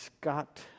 Scott